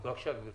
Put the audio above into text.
בבקשה, גברתי.